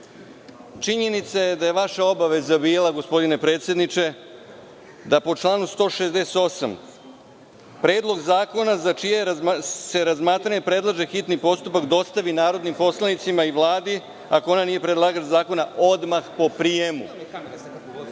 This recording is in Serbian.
Činjenica je da je vaša obaveza bila, gospodine predsedniče, da po članu 168. Predlog zakona za čije se razmatranje predlaže hitni postupak dostavi narodnim poslanicima i Vladi, ako ona nije predlagač zakona, odmah po